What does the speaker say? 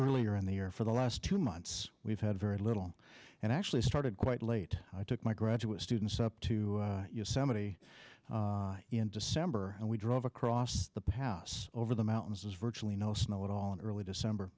earlier in the year for the last two months we've had very little actually started quite late i took my graduate students up to somebody in december and we drove across the pass over the mountains has virtually no snow at all in early december